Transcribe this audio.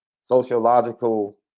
sociological